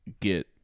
get